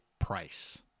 Price